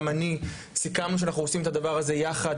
אני סיכמנו שאנחנו עושים את הדבר הזה יחד.